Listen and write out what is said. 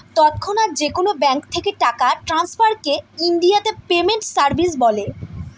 তৎক্ষণাৎ যেকোনো ব্যাঙ্ক থেকে টাকা ট্রান্সফারকে ইনডিয়াতে পেমেন্ট সার্ভিস বলে